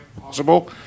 possible